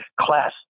class